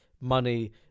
money